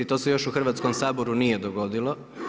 To se još u Hrvatskom saboru nije dogodilo.